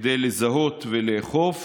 כדי לזהות ולאכוף,